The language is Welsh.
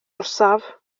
orsaf